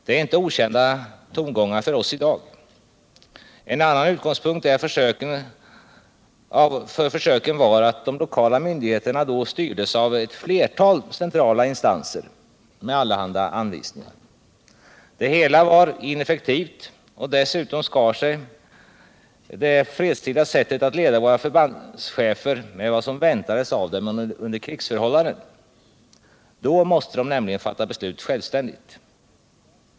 Det är inte okända En annan utgångspunkt för försöken var att de lokala myndigheterna då styrdes av ett flertal centrala instanser med allehanda anvisningar. Det hela var ineffektivt, och dessutom skar sig det här fredstida sättet att leda våra förbandschefer med vad som väntas av dem under krigsförhållanden — då måste de fatta beslut självständigt.